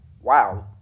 wow